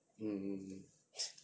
mm mm mm